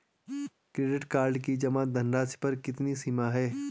Credit card की जमा धनराशि पर कितनी सीमा है?